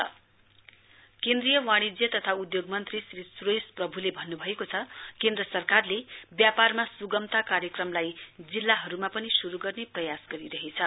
union minister केन्द्रीय वाणिजय तथा उद्वोग मन्त्री श्री सुरेश प्रभुले भन्नुभएको छ केन्द्र सरकारले व्यापारमा सुगमता कार्यक्रमलाई जिल्लाहरुमा पनि शुरु गर्ने प्रयास गरिरहेछ